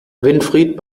winfried